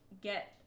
get